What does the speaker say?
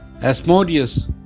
Asmodeus